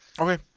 Okay